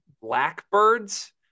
blackbirds